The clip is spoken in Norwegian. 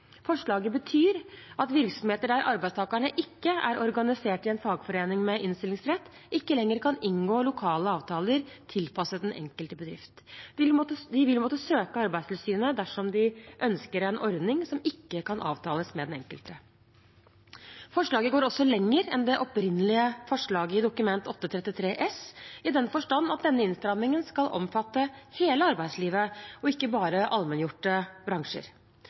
Forslaget betyr at virksomheter der arbeidstakerne ikke er organisert i en fagforening med innstillingsrett, ikke lenger kan inngå lokale avtaler tilpasset den enkelte bedrift. De vil måtte søke Arbeidstilsynet dersom de ønsker en ordning som ikke kan avtales med den enkelte. Forslaget går også lenger enn det opprinnelige forslaget i Dokument 8:33 S i den forstand at denne innstrammingen skal omfatte hele arbeidslivet og ikke bare allmenngjorte bransjer.